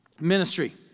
ministry